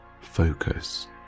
focus